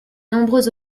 nombreux